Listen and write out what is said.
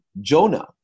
Jonah